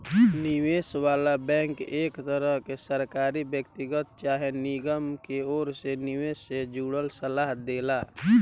निवेश वाला बैंक एक तरह के सरकारी, व्यक्तिगत चाहे निगम के ओर से निवेश से जुड़ल सलाह देला